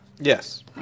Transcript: Yes